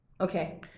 okay